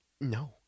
No